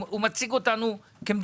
הוא מציג לא יפה אותנו כמדינה.